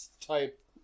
type